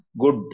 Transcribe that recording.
good